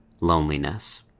loneliness